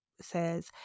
says